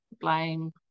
blame